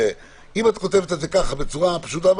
אם את כותבת את זה ככה בצורה פשוטה,